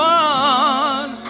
one